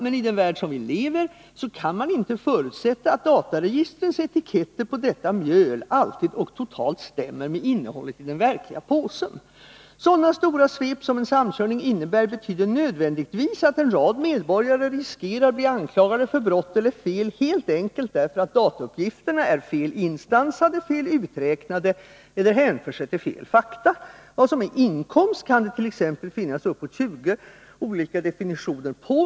Men i den värld vi lever i kan man icke förutsätta att dataregistrens etiketter på detta mjöl alltid och totalt stämmer 135 med innehållet i den verkliga påsen. Sådana stora svep som en samkörning innebär betyder nödvändigtvis att en rad medborgare riskerar att bli anklagade för brott eller fel, helt enkelt därför att datauppgifterna är fel instansade, fel uträknade eller hänför sig till fel fakta. Vad som är inkomst kan dett.ex. finnas uppåt 20 olika definitioner på.